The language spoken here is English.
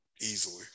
easily